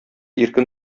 иркен